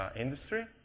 industry